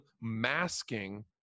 masking